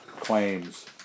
claims